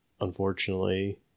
Unfortunately